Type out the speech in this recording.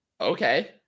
Okay